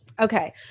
Okay